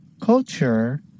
Culture